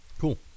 cool